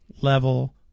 level